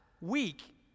week